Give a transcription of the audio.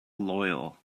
loyal